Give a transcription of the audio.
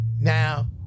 Now